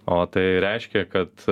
o tai reiškia kad